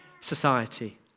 society